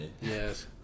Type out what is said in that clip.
Yes